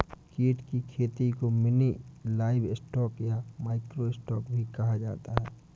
कीट की खेती को मिनी लाइवस्टॉक या माइक्रो स्टॉक भी कहा जाता है